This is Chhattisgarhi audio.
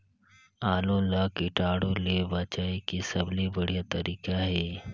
आलू ला कीटाणु ले बचाय के सबले बढ़िया तारीक हे?